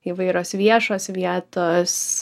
įvairios viešos vietos